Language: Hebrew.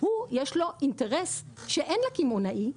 יש לו אינטרס שאין לקמעונאי ,